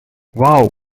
wow